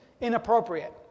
inappropriate